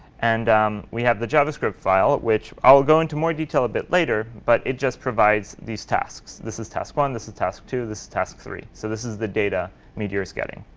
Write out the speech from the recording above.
and we have the javascript file, which i'll go into more detail a bit later, but it just provides these tasks. this is task one. this is task two. this is task three. so this is the data meteor's getting.